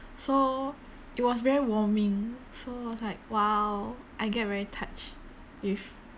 so it was very warming so I was like !wow! I get very touched with